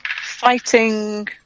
Fighting